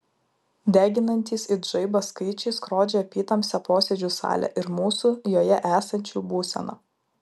deginantys it žaibas skaičiai skrodžia apytamsę posėdžių salę ir mūsų joje esančių būseną